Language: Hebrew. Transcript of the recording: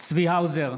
צבי האוזר,